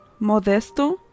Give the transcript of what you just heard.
Modesto